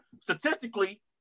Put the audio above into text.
Statistically